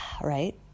Right